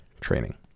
training